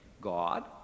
God